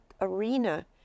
arena